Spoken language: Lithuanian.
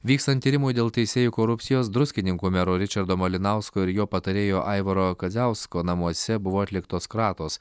vykstant tyrimui dėl teisėjų korupcijos druskininkų mero ričardo malinausko ir jo patarėjo aivaro kadziausko namuose buvo atliktos kratos